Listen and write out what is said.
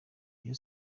rayon